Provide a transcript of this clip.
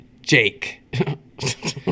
Jake